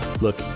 Look